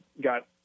got